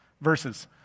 verses